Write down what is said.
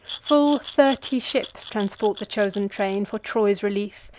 full thirty ships transport the chosen train for troy's relief,